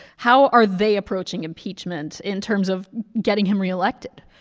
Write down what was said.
how are they approaching impeachment in terms of getting him re-elected?